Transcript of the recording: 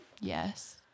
Yes